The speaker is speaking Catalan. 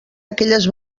aquelles